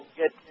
get